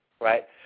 right